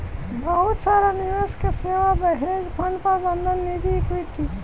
बहुत सारा निवेश के सेवा बा, हेज फंड प्रबंधन निजी इक्विटी